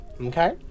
okay